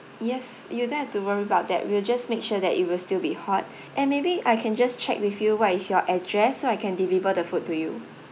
yes you don't have to worry about that we'll just make sure that it will still be hot and maybe I can just check with you what is your address so I can deliver the food to you